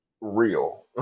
real